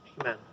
Amen